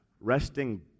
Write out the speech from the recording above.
resting